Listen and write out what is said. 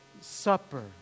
Supper